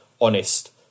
honest